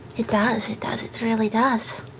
it does, it does, it really does.